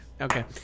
Okay